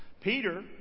Peter